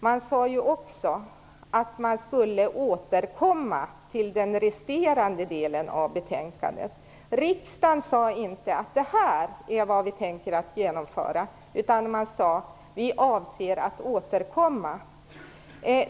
Men man sade också att man skulle återkomma till den resterande delen av betänkandet. Riksdagen uttalade att detta var inte vad man ville genomföra, utan man sade att man avsåg att återkomma.